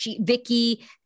Vicky